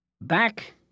back